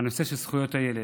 הנושא של זכויות הילד.